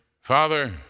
Father